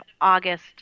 August